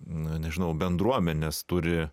na nežinau bendruomenes turi